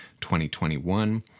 2021